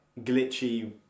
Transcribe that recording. glitchy